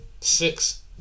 six